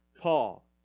Paul